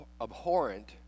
abhorrent